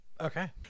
Okay